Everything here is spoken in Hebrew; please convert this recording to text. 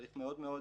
צריך מאוד מאוד